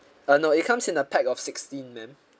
uh no it comes in a pack of sixteen ma'am